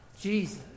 Jesus